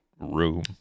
room